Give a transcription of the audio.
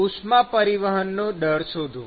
ઉષ્મા પરિવહનનો દર શોધો